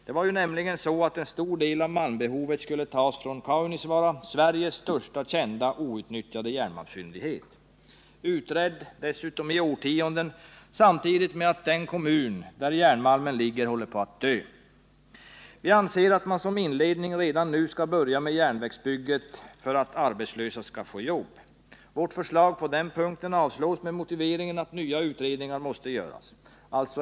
Det var nämligen meningen att en stor del av malmbehovet skulle tas från Kaunisvaara, Sveriges största kända outnyttjade järnmalmsfyndighet — utredd i årtionden, samtidigt med att den kommun där järnmalmen ligger håller på att dö. Vi anser att man som en inledning redan nu skall börja med järnvägsbygget för att arbetslösa skall få jobb. Vårt förslag på denna punkt avstyrks med motiveringen att nya utredningar måste göras.